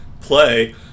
play